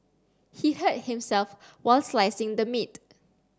he hurt himself while slicing the meat